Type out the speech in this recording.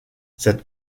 cette